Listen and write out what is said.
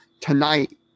Tonight